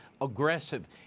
aggressive